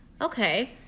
Okay